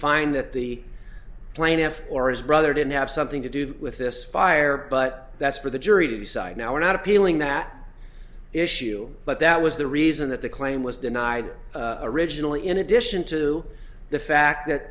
find that the plaintiff or his brother didn't have something to do with this fire but that's for the jury to decide now we're not appealing that issue but that was the reason that the claim was denied originally in addition to the fact that